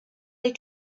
les